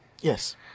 Yes